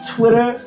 Twitter